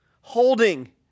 holding